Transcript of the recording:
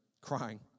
crying